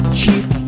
cheap